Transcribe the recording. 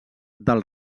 del